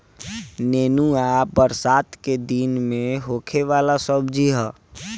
नेनुआ बरसात के दिन में होखे वाला सब्जी हअ